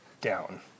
down